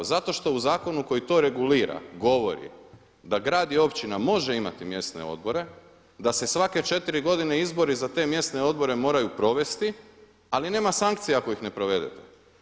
Zato što u zakonu koji to regulira govori da grad i općina može imati mjesne odbore, da se svake 4 godine izbori za te mjesne odbore moraju provesti, ali nema sankcija ako ih ne provedete.